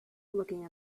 looking